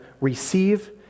receive